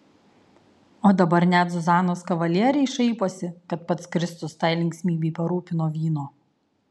o dabar net zuzanos kavalieriai šaiposi kad pats kristus tai linksmybei parūpino vyno